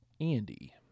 Andy